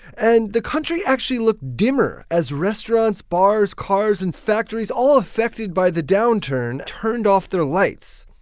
and the country actually looked dimmer as restaurants, bars, cars and factories all affected by the downturn turned off their lights.